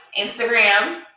Instagram